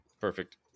Perfect